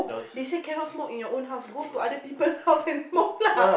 they say cannot smoke in your own house go to other people house and smoke lah